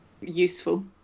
useful